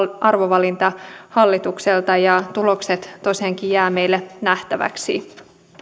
arvovalinta hallitukselta ja tulokset tosiaankin jäävät meille nähtäväksi